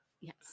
Yes